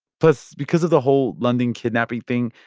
plus, because of the whole london kidnapping thing,